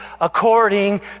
according